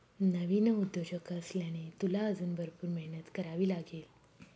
नवीन उद्योजक असल्याने, तुला अजून भरपूर मेहनत करावी लागेल